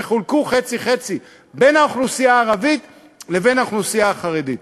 שחולקו חצי-חצי בין האוכלוסייה הערבית לבין האוכלוסייה החרדית.